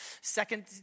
second